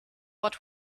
what